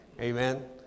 Amen